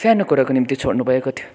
सानो कुराको निम्ति छोड्नु भएको थियो